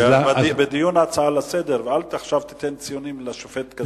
שבדיון בהצעה לסדר-היום ואל תיתן עכשיו ציונים לשופט כזה,